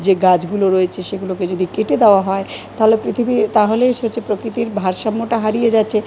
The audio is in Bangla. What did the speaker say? যে গাছগুলো রয়েছে সেগুলোকে যদি কেটে দেওয়া হয় তাহলে পৃথিবীর তাহলেই সে হচ্ছে প্রকৃতির ভারসাম্যটা হারিয়ে যাচ্ছে